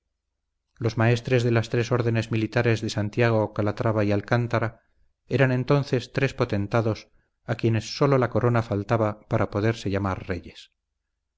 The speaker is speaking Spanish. los maestres de las tres órdenes militares de santiago calatrava y alcántara eran entonces tres potentados a quienes sólo la corona faltaba para poderse llamar reyes